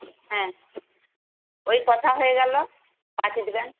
হ্যাঁ ওই কথা হয়ে গেল পাঠিয়ে দেবেন